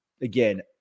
again